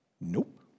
nope